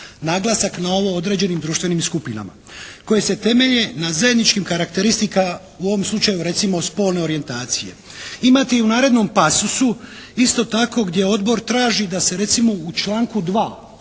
Naglasak na ovo određenim društvenim skupinama. "Koje se temelje na zajedničkim karakteristikama" u ovom slučaju recimo "spolne orijentacije". Imate i u narednom pasusu isto tako gdje Odbor traži da se recimo u članku 2. bolje